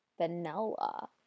vanilla